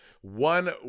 One